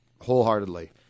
wholeheartedly